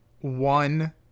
one